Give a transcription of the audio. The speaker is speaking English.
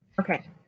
Okay